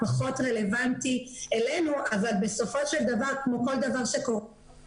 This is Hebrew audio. פחות רלוונטי לנו אבל בסופו של דבר כמו כל דבר שבוחנים